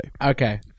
Okay